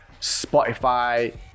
Spotify